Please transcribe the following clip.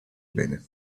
bene